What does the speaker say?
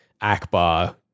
Akbar